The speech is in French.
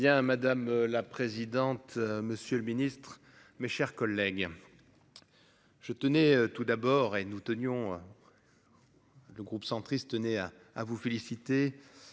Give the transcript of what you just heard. madame la présidente. Monsieur le Ministre, mes chers collègues. Je tenais tout d'abord, et nous tenions. Le groupe centriste, né à à vous féliciter